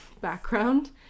background